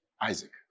Isaac